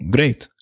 Great